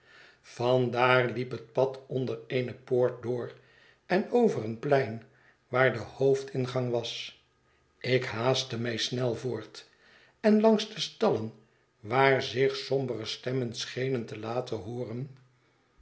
van daar liep het pad onder eene poort door en over een plein waar de hoofdingang was ik haastte mij snel voort en langs de stallen waar zich sombere stemmen schenen te laten hooren